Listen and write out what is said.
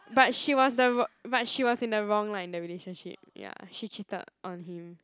but she was the wr~ but she was in the wrong lah in the relationship ya she cheated on him